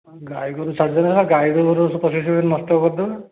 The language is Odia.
ଗାଈଗୋରୁ ଛାଡ଼ି ଦେବ ନା ଗାଈଗୋରୁ ପଶିକି ସବୁ ନଷ୍ଟ କରିଦେବେ